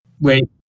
Wait